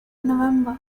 november